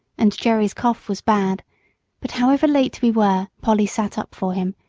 and jerry's cough was bad but however late we were, polly sat up for him,